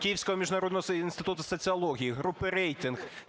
Київського міжнародного інституту соціології, Групи "Рейтинг",